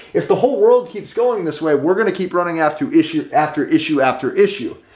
if the whole world keeps going this way, we're going to keep running after issue after issue after issue.